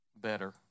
better